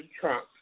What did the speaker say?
Trump